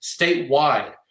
statewide